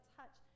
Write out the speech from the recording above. touch